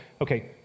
okay